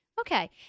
Okay